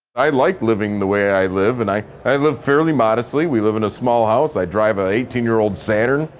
i like living the way i live, and i i live fairly modestly. we live in a small house, i drive an eighteen year old saturn.